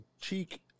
cheek